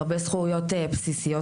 הרבה זכויות בסיסיות.